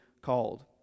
called